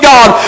God